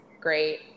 great